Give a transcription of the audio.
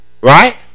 right